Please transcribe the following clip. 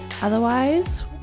Otherwise